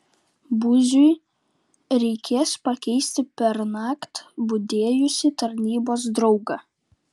buziui reikės pakeisti pernakt budėjusį tarnybos draugą